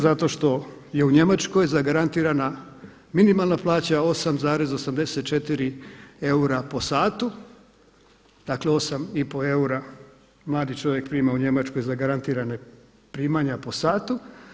Zato što je u Njemačkoj zagarantirana minimalna plaća 8,84 eura po satu, dakle 8 i pol eura mladi čovjek prima u Njemačkoj zagarantirana primanja po satu.